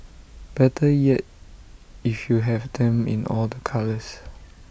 better yet if you have them in all the colours